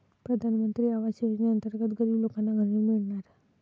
प्रधानमंत्री आवास योजनेअंतर्गत गरीब लोकांना घरे मिळणार